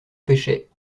pêchait